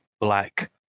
black